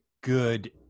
good